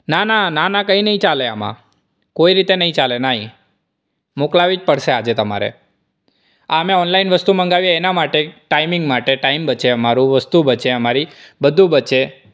ના ના ના ના કઈ નહિ ચાલે આમાં કોઈ રીતે નહિ ચાલે નહિ મોકલાવી જ પડશે આજે તમારે આ મેં ઓનલાઇન વસ્તુ મંગાવી એના માટે કે ટાઈમ બચે અમારો વસ્તુ બચે બધું બચે